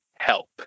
help